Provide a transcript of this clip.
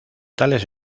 tales